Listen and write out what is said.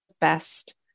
best